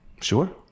Sure